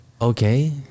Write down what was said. okay